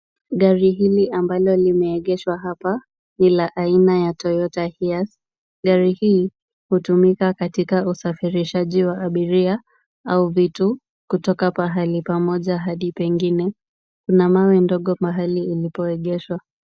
Gari hili ambalo limeegeshwa hapa ni la aina ya Toyota Hiace. Gari hii hutumika katika usafirishaji wa abiria au vitu, kutoka pahali pamoja hadi pengine. Kuna mawe ndogo mahali ilipoegeshwa.